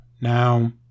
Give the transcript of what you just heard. Now